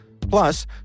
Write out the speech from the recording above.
Plus